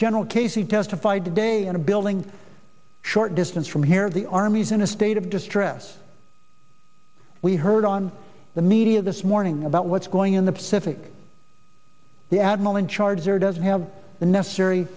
general casey testified today in a building a short distance from here the army's in a state of distress we heard on the media this morning about what's going in the pacific the admiral in charge there doesn't have the necessary